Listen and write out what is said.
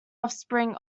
offspring